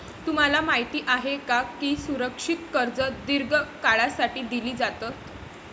तुम्हाला माहित आहे का की सुरक्षित कर्जे दीर्घ काळासाठी दिली जातात?